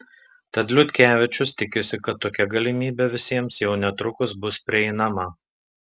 tad liutkevičius tikisi kad tokia galimybė visiems jau netrukus bus prieinama